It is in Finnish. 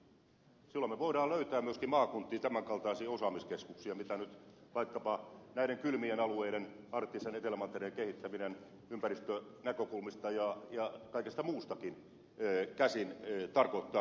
silloin me voimme löytää myöskin maakuntiin tämän kaltaisia osaamiskeskuksia mitä nyt vaikkapa näiden kylmien alueiden arktisen etelämantereen kehittäminen ympäristönäkökulmista ja kaikesta muustakin käsin tarkoittaa rovaniemellä